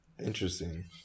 interesting